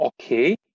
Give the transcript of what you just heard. okay